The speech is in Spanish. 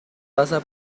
pasa